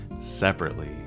separately